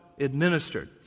administered